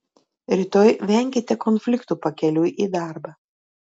rytoj venkite konfliktų pakeliui į darbą